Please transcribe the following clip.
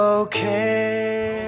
okay